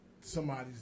Somebody's